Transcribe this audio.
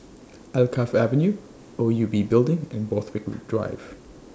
Alkaff Avenue O U B Building and Borthwick Drive